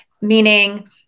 meaning